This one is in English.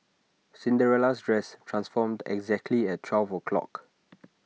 Cinderella's dress transformed exactly at twelve o'clock